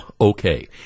okay